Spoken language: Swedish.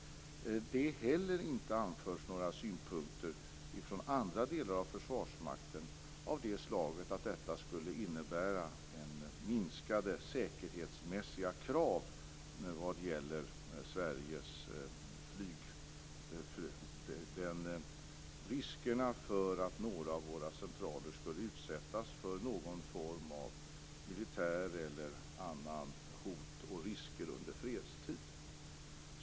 Det har inte heller anförts några synpunkter från andra delar av Försvarsmakten av det slaget att detta skulle innebära minskade säkerhetsmässiga krav när det gäller riskerna för att några av våra centraler skulle utsättas för någon form av militärt hot eller andra hot och risker under fredstid.